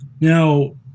now